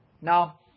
Now